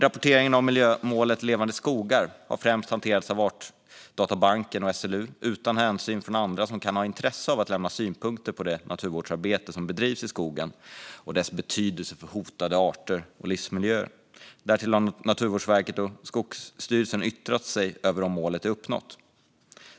Rapporteringen avseende miljömålet Levande skogar har främst hanterats av Artdatabanken och SLU, utan insyn från andra som kan ha intresse av att lämna synpunkter på det naturvårdsarbete som bedrivs i skogen och dess betydelse för hotade arter och livsmiljöer. Därtill har Naturvårdsverket och Skogsstyrelsen yttrat sig över om målet är uppnått.